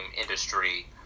industry